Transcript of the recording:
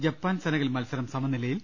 Japan Senegal മത്സരം സമനില യിൽ